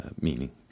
meaning